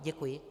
Děkuji.